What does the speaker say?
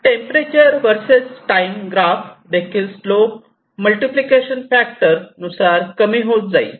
temperature versus time graph देखील slope multiplication factor नुसार कमी होत जाईल